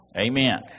Amen